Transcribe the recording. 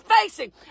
facing